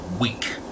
week